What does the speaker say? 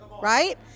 right